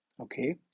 Okay